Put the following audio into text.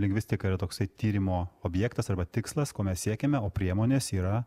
lingvistika yra toksai tyrimo objektas arba tikslas ko mes siekiame o priemonės yra